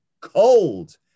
cold